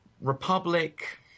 republic